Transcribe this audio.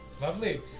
lovely